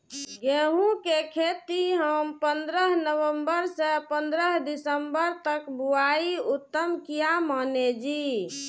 गेहूं के खेती हम पंद्रह नवम्बर से पंद्रह दिसम्बर तक बुआई उत्तम किया माने जी?